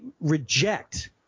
reject